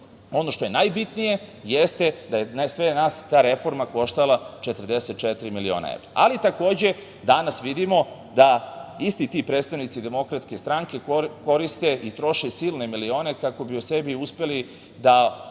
DS.Ono što je najbitnije jeste da je sve nas ta reforma koštala 44 miliona evra, ali takođe danas vidimo da isti ti predstavnici DS koriste i troše silne milione kako bi o sebi uspeli da naprave